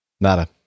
Nada